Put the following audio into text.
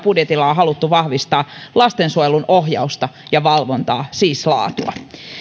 budjetilla on on haluttu vahvistaa lastensuojelun ohjausta ja valvontaa siis laatua